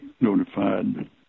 notified